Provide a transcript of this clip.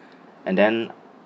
and then